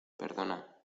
perdona